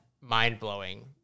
mind-blowing